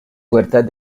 puertas